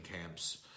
camps